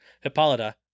Hippolyta